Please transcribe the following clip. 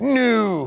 new